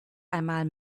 einmal